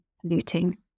polluting